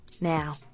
Now